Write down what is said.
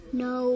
no